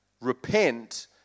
repent